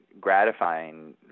gratifying